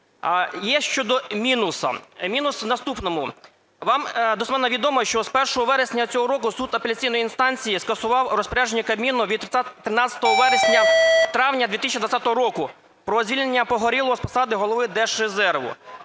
є щодо мінусу, мінус в наступному. Вам достеменно відомо, що з 1 вересня цього року суд апеляційної інстанції скасував Розпорядження Кабміну від 13 травня 2020 року про звільнення Погорєлова з посади голови Держрезерву,